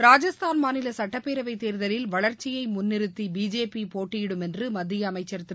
ராஜஸ்தான் மாநில சட்டப்பேரவை தேர்தலில் வளர்ச்சியை முன்னிறுத்தி பிஜேபி போட்டியிடும் என்று மத்திய அமைச்சர் திரு